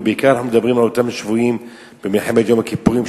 ובעיקר אנחנו מדברים על אותם שבויים במלחמת יום הכיפורים.